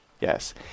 Yes